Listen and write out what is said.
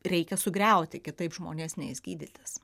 reikia sugriauti kitaip žmonės neis gydytis